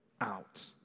out